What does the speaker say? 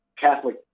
Catholic